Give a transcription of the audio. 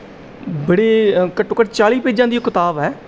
ਬੜੀ ਘੱਟੋ ਘੱਟ ਚਾਲ੍ਹੀ ਪੇਜਾਂ ਦੀ ਉਹ ਕਿਤਾਬ ਹੈ